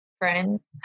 friends